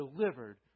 delivered